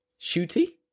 shooty